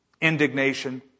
indignation